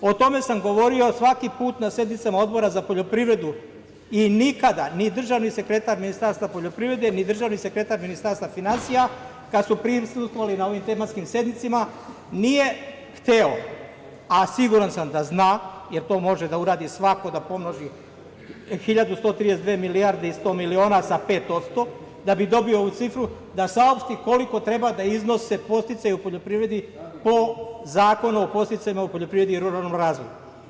O tome sam govorio svaki put na sednicama Odbora za poljoprivredu i nikada, ni državni sekretar Ministarstva poljoprivrede, ni državni sekretar Ministarstva finansija, kada su prisustvovali ovim tematskim sednicama, nisu hteli, a sigurno znaju, jer to može da uradi svako, da pomnoži 1.132 milijarde i 100 miliona sa 5%, da bi dobio ovu cifru, da saopšti koliko treba da iznose podsticaji u poljoprivredi po Zakonu o podsticajima u poljoprivredi i ruralnom razvoju.